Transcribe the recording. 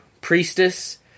priestess